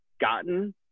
gotten